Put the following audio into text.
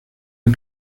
del